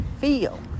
feel